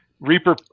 Reaper